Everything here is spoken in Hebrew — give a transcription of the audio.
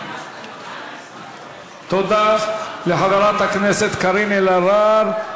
תודה לחברת הכנסת קארין אלהרר.